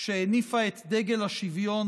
שהניפה את דגל השוויון,